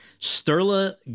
Sterla